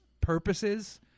purposes